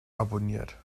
abonniert